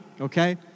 okay